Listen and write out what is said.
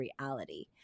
reality